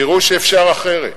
תראו שאפשר אחרת.